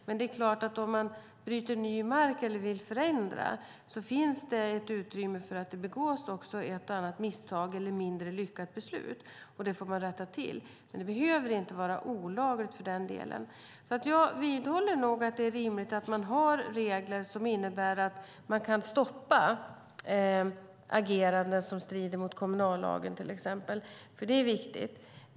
Men det är klart att om man bryter ny mark eller vill förändra finns det ett utrymme för att det också begås ett och annat misstag eller fattas något mindre lyckat beslut. Det får man rätta till. Det behöver inte vara olagligt för den delen. Jag vidhåller nog att det är rimligt att ha regler som innebär att man kan stoppa ageranden som strider mot till exempel kommunallagen, för det är viktigt.